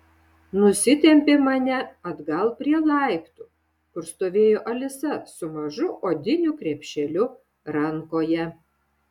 nusitempė mane atgal prie laiptų kur stovėjo alisa su mažu odiniu krepšeliu rankoje